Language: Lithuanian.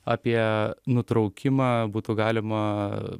apie nutraukimą būtų galima